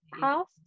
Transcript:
House